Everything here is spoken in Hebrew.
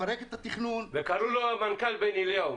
לפרק את התכנון --- וקראו לו המנכ"ל בן אליהו,